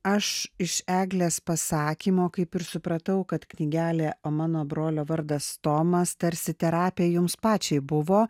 aš iš eglės pasakymo kaip ir supratau kad knygelė o mano brolio vardas tomas tarsi terapija jums pačiai buvo